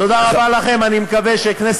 אני מבקש מכל חברי